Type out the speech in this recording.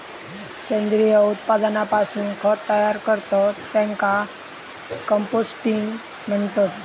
सेंद्रिय उत्पादनापासून खत तयार करतत त्येका कंपोस्टिंग म्हणतत